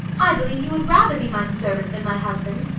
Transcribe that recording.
i believe you would rather be my servant than my husband.